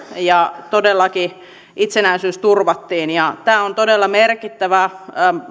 ja todellakin itsenäisyys turvattiin tämä on todella merkittävä